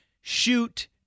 shoot